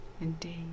Indeed